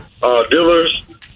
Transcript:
dealers